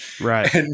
Right